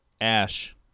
Ash